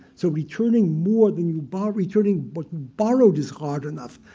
so returning more than you borrow, returning but borrowed is hard enough.